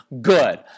good